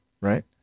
right